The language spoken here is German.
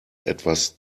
etwas